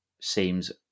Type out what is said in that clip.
seems